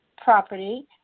property